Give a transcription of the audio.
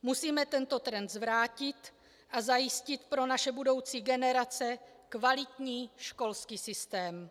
Musíme tento trend zvrátit a zajistit pro naše budoucí generace kvalitní školský systém.